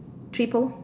three poles